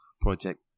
project